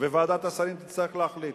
וועדת השרים תצטרך להחליט.